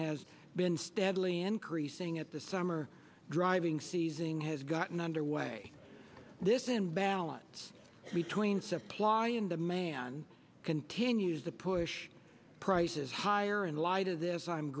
has been steadily increasing at the summer driving season has gotten underway this in balance between supply and demand continues the push prices higher in light of this i'm